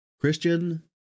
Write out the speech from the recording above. Christian